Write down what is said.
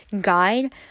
guide